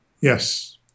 Yes